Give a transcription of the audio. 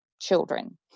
children